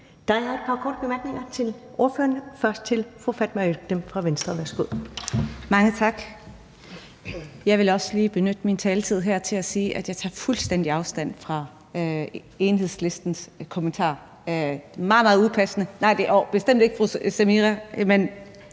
Der er et par korte bemærkninger til ordføreren, først fra fru Fatma Øktem fra Venstre. Værsgo. Kl. 20:09 Fatma Øktem (V): Mange tak. Jeg vil også lige benytte min taletid her til at sige, at jeg tager fuldstændig afstand fra Enhedslistens kommentar; den er meget, meget upassende. Det går på bestemt ikke på fru Samira